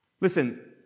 Listen